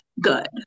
good